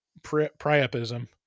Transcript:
priapism